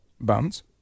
buns